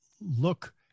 look